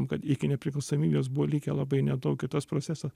kad iki nepriklausomybės buvo likę labai nedaug ir tas procesas